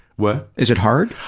what? is it hard?